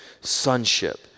sonship